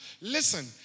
Listen